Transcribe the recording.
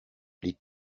les